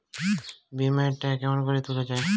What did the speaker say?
বিমা এর টাকা কেমন করি তুলা য়ায়?